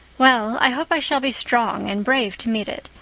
well, i hope i shall be strong and brave to meet it.